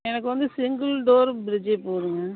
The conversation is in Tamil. எனக்கு வந்து சிங்கிள் டோர் ப்ரிட்ஜே போதுங்க